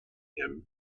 him